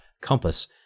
compass